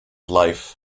life